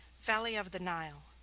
valley of the nile.